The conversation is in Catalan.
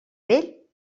vell